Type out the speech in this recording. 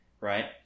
right